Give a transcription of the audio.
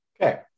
Okay